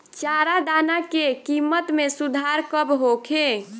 चारा दाना के किमत में सुधार कब होखे?